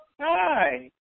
Hi